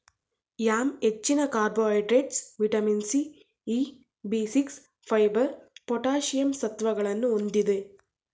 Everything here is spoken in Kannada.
ಯಾಮ್ ಹೆಚ್ಚಿನ carbohydrates, vitamin C, E, B six, fibre, potassium ಸತ್ವಗಳನ್ನು ಹೊಂದಿದೆ